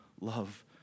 love